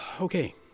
Okay